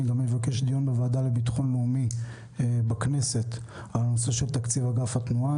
ואני אבקש דיון גם בוועדה לביטחון לאומי בכנסת בנושא תקציב אגף התנועה.